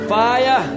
Fire